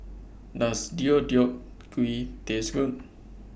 Does Deodeok Gui Taste Good